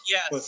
Yes